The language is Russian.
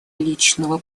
личного